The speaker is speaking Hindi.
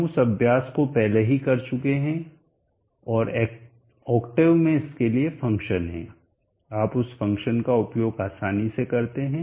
हम उस अभ्यास को पहले ही कर चुके हैं और ओक्टेव में इसके लिए फ़ंक्शन है आप उस फ़ंक्शन का उपयोग आसानी से करते हैं